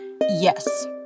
Yes